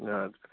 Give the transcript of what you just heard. हजुर